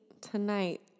tonight